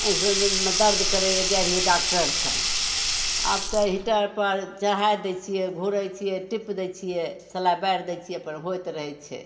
ऑंखिसँ दर्द करै रहै जाइ रहियै डॉक्टर कन आब तऽ हीटर पर चढ़ाइ दै छियै घुरै छियै टीप दै छियै सलाइ बारि दै छियै अपन होइत रहै छै